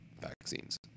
vaccines